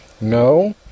No